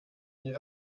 ihre